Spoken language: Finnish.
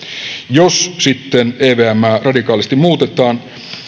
jos sitten evmää radikaalisti muutetaan